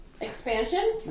Expansion